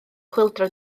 chwyldro